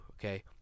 Okay